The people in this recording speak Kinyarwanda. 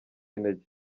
intege